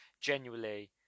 genuinely